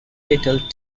little